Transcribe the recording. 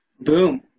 Boom